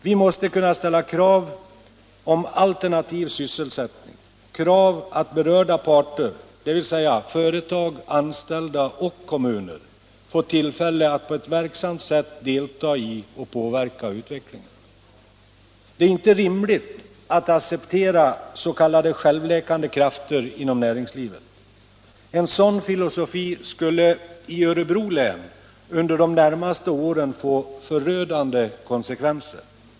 Vi måste kunna ställa krav på alternativ sysselsättning och krav på att berörda parter, dvs. företag, anställda och kommuner, får tillfälle att på ett verksamt sätt delta i och påverka utvecklingen. Det är inte rimligt att acceptera s.k. självläkande krafter inom näringslivet. En sådan filosofi skulle i Örebro län under de närmaste åren få förödande konsekvenser.